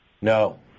No